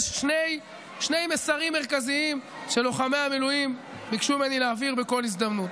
יש שני מסרים מרכזיים שלוחמי המילואים ביקשו ממני להעביר בכל הזדמנות.